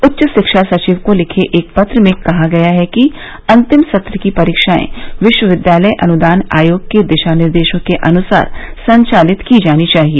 उच्च शिक्षा सचिव को लिखे एक पत्र में कहा गया है कि अंतिम सत्र की परीक्षाएं विश्वविद्यालय अनुदान आयोग के दिशा निर्देशों के अनुसार संचालित की जानी चाहिए